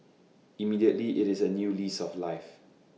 immediately IT is A new lease of life